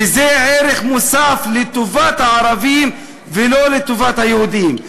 וזה ערך מוסף לטובת הערבים ולא לטובת היהודים.